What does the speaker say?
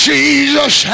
Jesus